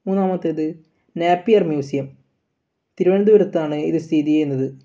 മൂന്നാമത്തേത് Napier museum തിരുവന്തപുരത്താണ് ഇത് സ്ഥിതിചെയ്യുന്നത്